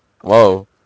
Whoa